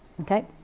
okay